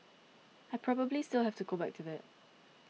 I probably still have to go back to that